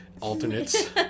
Alternates